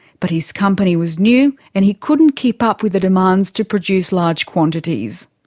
but his company was new and he couldn't keep up with the demands to produce large quantities.